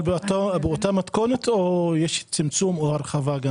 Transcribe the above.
באותה מתכונת או יש צמצום או הרחבה?